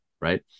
Right